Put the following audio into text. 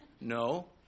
No